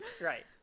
Right